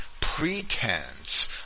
pretense